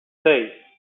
seis